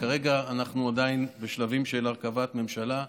וכרגע אנחנו עדיין בשלבים של הרכבת ממשלה.